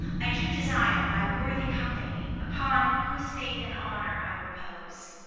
i do desire thy worthy company, upon whose faith and honour i repose.